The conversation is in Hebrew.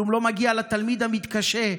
כלום לא מגיע לתלמיד המתקשה,